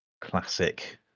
classic